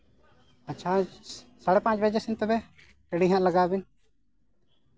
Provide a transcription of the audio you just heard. ᱟᱪᱪᱷᱟ ᱥᱟᱲᱮ ᱯᱟᱸᱪ ᱵᱟᱡᱮ ᱥᱮᱫ ᱛᱚᱵᱮ ᱜᱟᱹᱰᱤ ᱦᱟᱸᱜ ᱞᱟᱜᱟᱣ ᱵᱤᱱ